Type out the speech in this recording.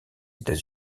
états